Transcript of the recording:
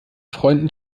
freunden